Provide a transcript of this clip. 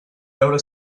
veure